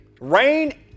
Rain